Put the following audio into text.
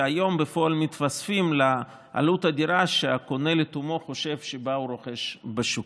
שהיום מתווספים לעלות שהקונה לתומו חושב שבה הוא רוכש את הדירה בשוק.